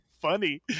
funny